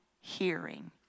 hearing